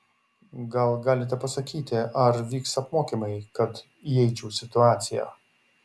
gal galite pasakyti ar vyks apmokymai kad įeičiau į situaciją